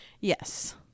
Yes